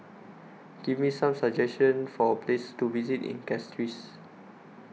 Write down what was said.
Give Me Some suggestions For Places to visit in Castries